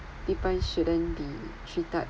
people shouldn't be treated